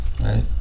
right